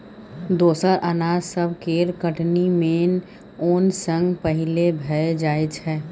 दोसर अनाज सब केर कटनी मेन ओन सँ पहिले भए जाइ छै